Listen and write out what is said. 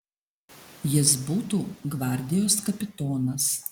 jis būtų gvardijos kapitonas